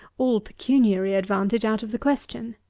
all pecuniary advantage out of the question.